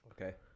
Okay